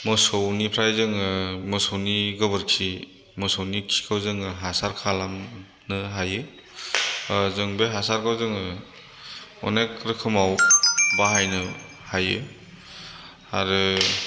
मोसौनिफ्राय जोङो मोसौनि गोबोरखि मोसौनि खिखौ जोङो हासार खालामनो हायो ओ जों बे हासारखौ जोङो अनेख रोखोमाव बाहायनो हायो आरो